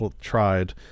tried